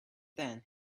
then